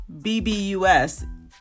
BBUS